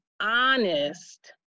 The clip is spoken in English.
honest